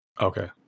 Okay